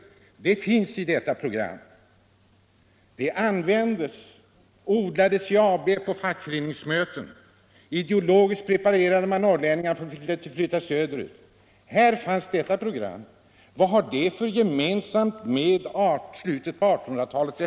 Det finns i detta program. Den politiken drevs, odlades i ABF och på fackföreningsmöten. Ideologiskt preparerade man norrlänningar för att de skulle flytta söderut. Vad har detta gemensamt med det SAP som fanns i slutet på 1800-talet?